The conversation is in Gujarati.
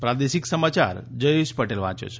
પ્રાદેશિક સમાયાર જયેશ પટેલ વાંચે છે